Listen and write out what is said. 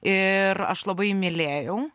ir aš labai jį mylėjau